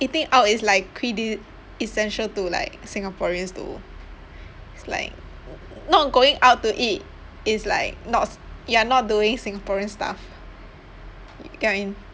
eating out is like quinte~ essential to like singaporeans to it's like not going out to eat is like not you're not doing singaporean stuff you get what I mean